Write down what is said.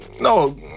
No